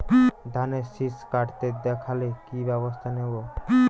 ধানের শিষ কাটতে দেখালে কি ব্যবস্থা নেব?